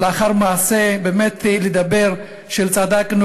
לאחר מעשה באמת לומר "צדקנו",